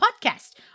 podcast